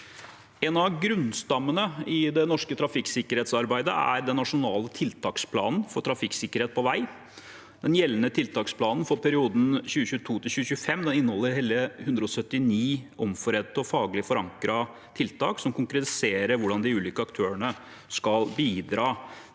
En av grunnstammene i det norske trafikksikkerhetsarbeidet er den nasjonale tiltaksplanen for trafikksikkerhet på vei. Den gjeldende tiltaksplanen for perioden 2022–2025 inneholder hele 179 omforente og faglig forankrede tiltak som konkretiserer hvordan de ulike aktørene skal bidra